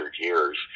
years